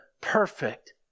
perfect